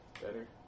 better